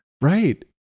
Right